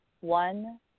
one